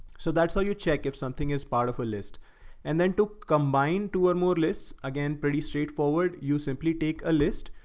so that's how you check if something is part of a list and then to combine two or more or less, again, pretty straightforward. you simply take a list.